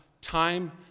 time